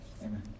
Amen